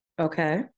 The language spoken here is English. Okay